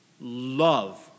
love